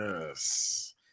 yes